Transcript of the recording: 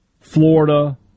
Florida